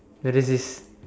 prejudice